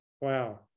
Wow